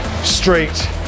straight